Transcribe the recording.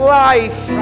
life